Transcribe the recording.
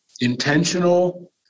intentional